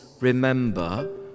remember